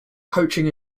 coaching